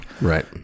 Right